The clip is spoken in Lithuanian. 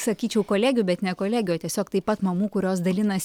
sakyčiau kolegių bet ne kolegių o tiesiog taip pat mamų kurios dalinas